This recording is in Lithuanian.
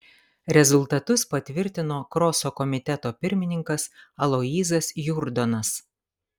rezultatus patvirtino kroso komiteto pirmininkas aloyzas jurdonas